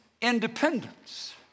independence